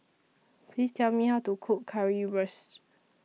Please Tell Me How to Cook Currywurst